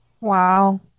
Wow